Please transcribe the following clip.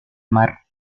mar